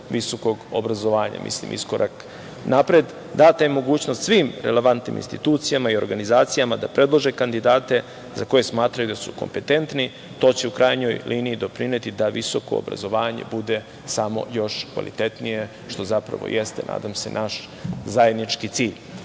visokog obrazovanja, iskorak napred. Data je mogućnost svim relevantnim institucijama i organizacijama da predlože kandidate za koje smatraju da su kompetentni. To će u krajnjoj liniji doprineti da visoko obrazovanje bude samo još kvalitetnije što zapravo jeste, nadam se, naš zajednički cilj. Na